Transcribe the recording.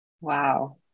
Wow